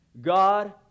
God